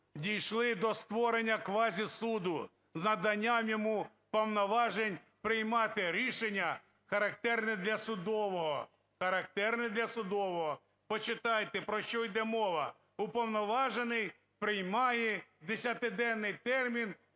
дійшли до створення квазісуду з наданням йому повноважень приймати рішення характерні для судового, характерні для судового. Почитайте, про що йде мова. Уповноважений приймає в 10-денний термін